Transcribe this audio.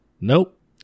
Nope